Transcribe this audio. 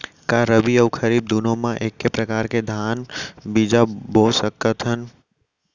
का रबि अऊ खरीफ दूनो मा एक्के प्रकार के धान बीजा बो सकत हन?